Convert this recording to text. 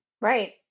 Right